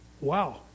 Wow